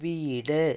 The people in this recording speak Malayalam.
വീട്